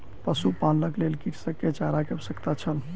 पशुपालनक लेल कृषक के चारा के आवश्यकता छल